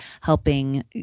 helping